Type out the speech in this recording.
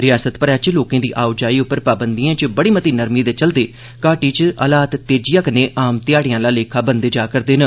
रियासत भरै च लोकें दी आओजाई पर पाबंदिए च बड़ी मती नरमी दे चलदे घाटी च हालात तेजिया कन्नै आम ध्याड़े आला लेखा बनदे जा करदे न